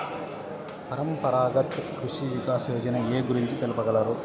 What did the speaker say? పరంపరాగత్ కృషి వికాస్ యోజన ఏ గురించి తెలుపగలరు?